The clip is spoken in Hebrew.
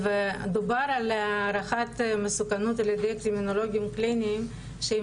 דובר על הערכת מסוכנות על-ידי קרימינולוגים קליניים שהם